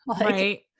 Right